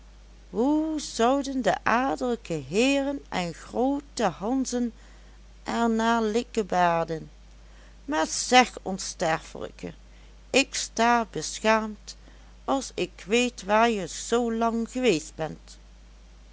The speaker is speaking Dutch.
hoe zouden de adellijke heeren en groote hanzen er naar likkebaarden maar zeg onsterfelijke ik sta beschaamd als ik weet waar je zoo lang geweest bent